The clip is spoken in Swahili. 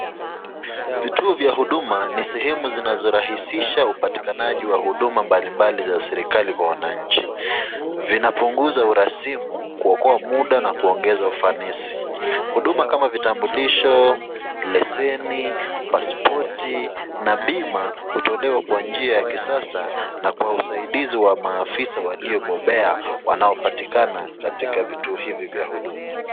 Vituo vya huduma ni sehemu zinzorahisisha upatikanaji wa huduma mbalimbali za serikali kwa wananchi. Vinapunguza urasimu kuokoa muda na kuongeza ufanisi. Huduma kama vitambulisho, leseni, paspoti na bima hutolewa kwa njia ya kisasa na kwa usaidizi wa maafisa waliobobea wanaopatikana katika vituo hivi vya huduma.